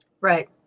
Right